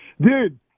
Dude